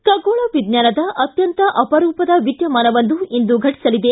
ಖಗೋಳ ವಿಜ್ವಾನದ ಅತ್ಯಂತ ಅಪರೂಪದ ವಿದ್ಯಮಾನವೊಂದು ಇಂದು ಘಟಿಸಲಿದೆ